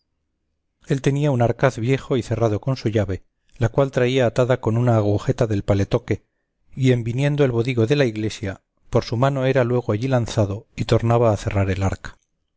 él tenía un arcaz viejo y cerrado con su llave la cual traía atada con un agujeta del paletoque y en viniendo el bodigo de la iglesia por su mano era luego allí lanzado y tornada a cerrar el arca